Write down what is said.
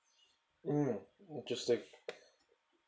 mm interesting